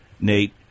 Nate